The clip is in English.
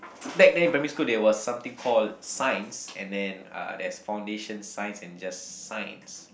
back then in primary school there was something called Science and then uh there's foundation Science and just Science